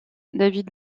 david